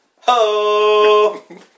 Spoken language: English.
Ho